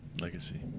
Legacy